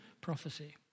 prophecy